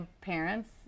parents